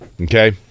Okay